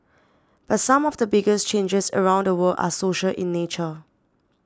but some of the biggest changes around the world are social in nature